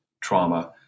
trauma